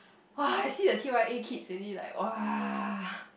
!wah! I see the T_Y_A kids already like !wah!